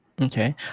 Okay